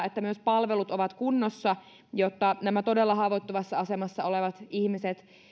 että toisaalta myös palvelut ovat kunnossa jotta nämä todella haavoittuvassa asemassa olevat ihmiset